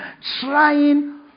Trying